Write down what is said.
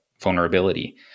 vulnerability